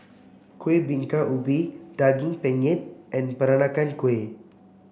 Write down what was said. Kuih Bingka Ubi Daging Penyet and Peranakan Kueh